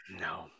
no